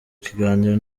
kiganiro